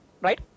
Right